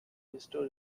restore